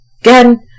Again